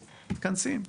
מתכנסים,